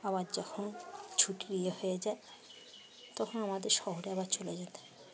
আবার যখন ছুটির ইয়ে হয়ে যায় তখন আমাদের শহরে আবার চলে যেতে